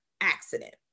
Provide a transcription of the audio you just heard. accident